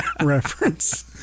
reference